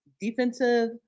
defensive